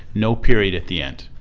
no period at the end.